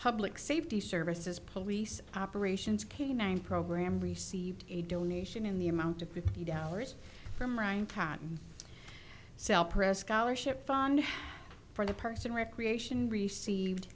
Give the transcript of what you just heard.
public safety services police operations canine program received a donation in the amount of fifty dollars from ryan patton cell press scholarship fund for the parks and recreation received